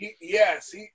Yes